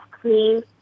clean